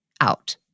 out